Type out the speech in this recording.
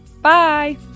Bye